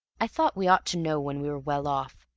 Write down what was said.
i thought we ought to know when we were well off,